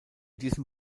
diesem